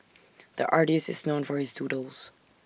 the artist is known for his doodles